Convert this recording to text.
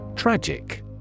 Tragic